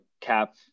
cap